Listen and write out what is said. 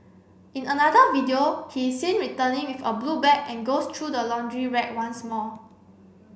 in another video he seen returning with a blue bag and goes through the laundry rack once more